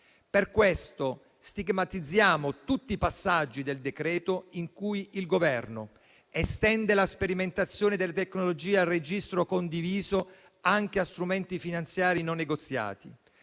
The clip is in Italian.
Per questo stigmatizziamo tutti i passaggi del decreto-legge in cui il Governo estende la sperimentazione delle tecnologie al registro condiviso anche a strumenti finanziari non negoziati,